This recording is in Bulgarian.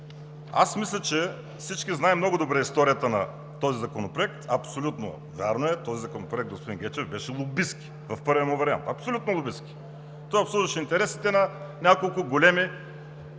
е внесен. Всички знаем много добре историята на този законопроект. Абсолютно вярно е, този законопроект, господин Гечев, беше лобистки в първия му вариант. Абсолютно лобистки! Той обслужваше интересите на няколко големи